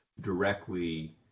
directly